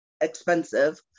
expensive